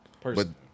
person